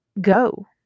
Go